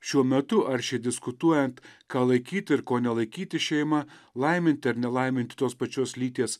šiuo metu aršiai diskutuojant ką laikyti ir ko nelaikyti šeima laiminti ar nelaiminti tos pačios lyties